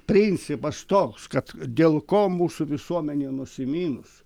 principas toks kad dėl ko mūsų visuomenė nusiminus